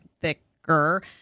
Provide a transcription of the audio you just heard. thicker